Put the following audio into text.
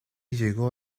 llegó